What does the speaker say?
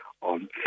on